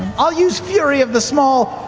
i'll use fury of the small,